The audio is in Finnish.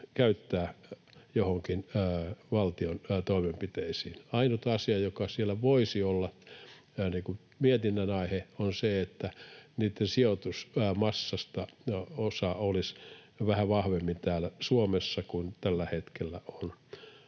käyttää joihinkin valtion toimenpiteisiin. Ainut asia, joka siellä voisi olla mietinnän aihe, on se, että niitten sijoitusmassasta osa olisi vähän vahvemmin täällä Suomessa kuin tällä hetkellä on.